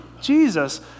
Jesus